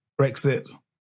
Brexit